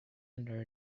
under